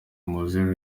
mowzey